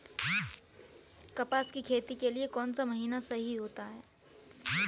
कपास की खेती के लिए कौन सा महीना सही होता है?